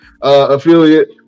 affiliate